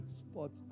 spot